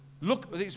Look